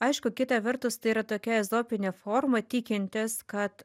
aišku kita vertus tai yra tokia ezopinė forma tikintis kad